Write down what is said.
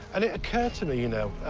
and it occurred and you know,